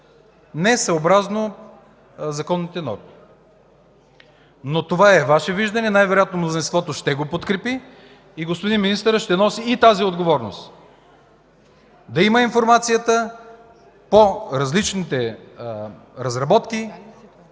не съобразно законните норми, но това е Ваше виждане. Най-вероятно мнозинството ще го подкрепи и господин министърът ще носи и тази отговорност – да има информацията по различните разработки